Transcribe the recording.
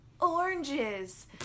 Oranges